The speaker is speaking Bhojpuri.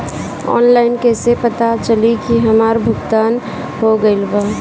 ऑनलाइन कईसे पता चली की हमार भुगतान हो गईल बा?